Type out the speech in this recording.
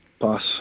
Pass